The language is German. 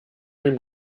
dem